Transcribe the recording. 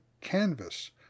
canvas